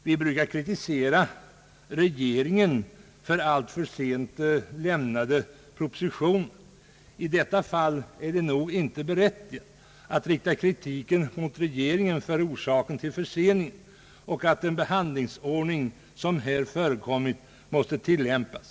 Vi brukar kritisera regeringen för alltför sent lämnade propositioner. I detta fall är det nog inte berättigat att rikta kritik mot regeringen för förseningen och för att den behandlingsordning som här förekommit måste tillämpas.